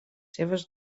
seves